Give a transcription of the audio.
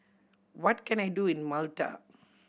what can I do in Malta